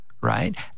Right